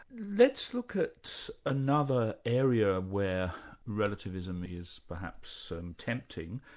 let's look at another area where relativism is perhaps and tempting.